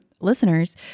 listeners